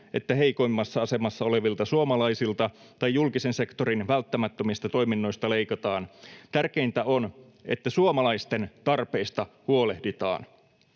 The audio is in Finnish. että heikoimmassa asemassa olevilta suomalaisilta tai julkisen sektorin välttämättömistä toiminnoista leikataan. Tärkeintä on, että suomalaisten tarpeista huolehditaan.